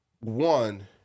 one